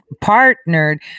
partnered